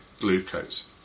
glucose